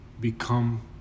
become